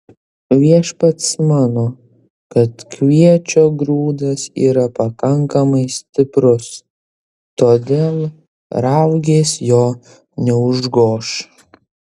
viešpats mano kad kviečio grūdas yra pakankamai stiprus todėl raugės jo neužgoš